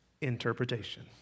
interpretation